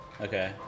Okay